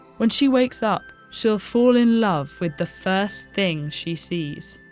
when she wakes up, she'll fall in love with the first thing she sees.